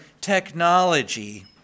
technology